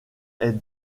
est